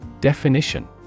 Definition